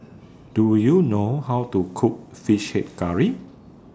Do YOU know How to Cook Fish Head Curry